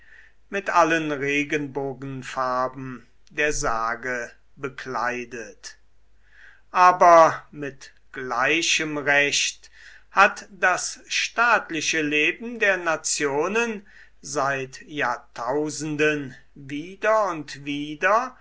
mit allen regenbogenfarben der sage bekleidet aber mit gleichem recht hat das staatliche leben der nationen seit jahrtausenden wieder und wieder